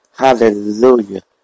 hallelujah